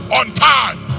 untied